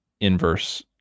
inverse